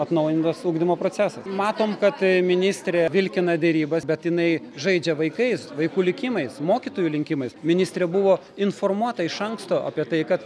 atnaujintas ugdymo procesas matom kad ministrė vilkina derybas bet jinai žaidžia vaikais vaikų likimais mokytojų likimais ministrė buvo informuota iš anksto apie tai kad